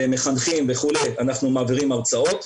למחנכים וכו' אנחנו מעבירים הרצאות,